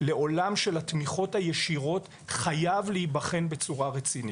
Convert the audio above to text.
לעולם של התמיכות הישירות חייב להיבחן בצורה רצינית.